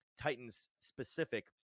Titans-specific